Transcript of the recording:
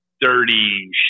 dirty